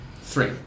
Three